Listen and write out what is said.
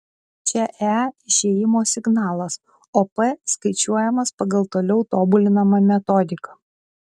čia e išėjimo signalas o p skaičiuojamas pagal toliau tobulinamą metodiką